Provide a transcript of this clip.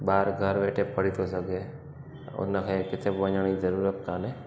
ॿारु घरु वेठे पढ़ी थो सघे उनखे किथे वञण जी जरूरत कान्हे